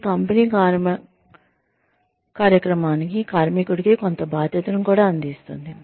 ఇది కంపెనీ కార్యక్రమానికి కార్మికుడికి కొంత బాధ్యతను కూడా అందిస్తుంది